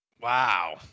Wow